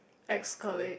ex colleague